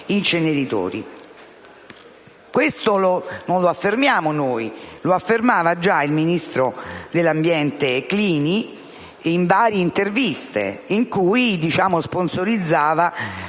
questo non lo affermiamo noi, ma lo affermava già il ministro dell'ambiente Clini in varie interviste, in cui sponsorizzava l'utilizzo dei combustibili